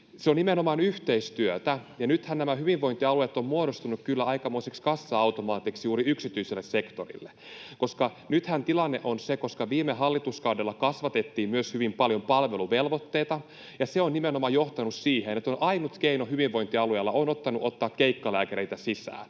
Se on nimenomaan yhteistyötä. Nythän nämä hyvinvointialueet ovat muodostuneet kyllä aikamoisiksi kassa-automaateiksi juuri yksityiselle sektorille. Tilannehan on se, että koska viime hallituskaudella kasvatettiin myös hyvin paljon palveluvelvoitteita, se on nimenomaan johtanut siihen, että ainut keino hyvinvointialueilla on ollut ottaa keikkalääkäreitä sisään.